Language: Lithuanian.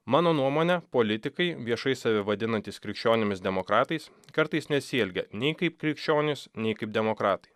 mano nuomone politikai viešai save vadinantys krikščionimis demokratais kartais nesielgia nei kaip krikščionys nei kaip demokratai